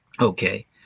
Okay